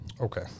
Okay